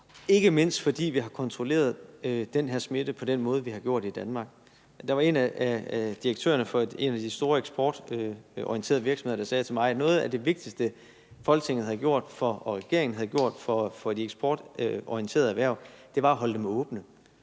ikke mindst fordi vi har kontrolleret den her smitte på den måde, vi har gjort i Danmark. Der var en af direktørerne for en af de store eksportorienterede virksomheder, der sagde til mig: Noget af det vigtigste, Folketinget og regeringen har gjort for de eksportorienterede erhverv, var at holde dem åbne